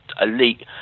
elite